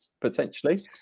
potentially